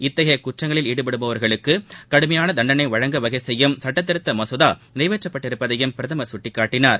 இத்தகைய குற்றங்களில் ஈடுபடுபவர்களுக்கு கடுமையான தண்டனை வழங்க வகைசெய்யும் சட்டதிருத்த மசோதா நிறைவேற்றப்பட்டுள்ளதையும் பிரதமர் சுட்டிக்காட்டினார்